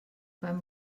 beim